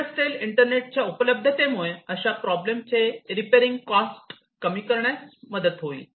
industrial इंटरनेटच्या उपलब्धतेमुळे अशा प्रॉब्लेम चे रिपेरिंग कॉस्ट कमी करण्यास मदत होईल